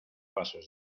pasos